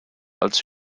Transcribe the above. als